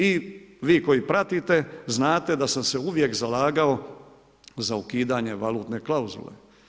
I vi koji pratite znate da sam se uvijek zalagao za ukidanje valutne klauzule.